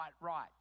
right